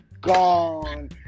gone